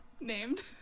Named